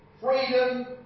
freedom